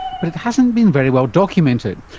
but it hasn't been very well documented,